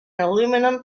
aluminum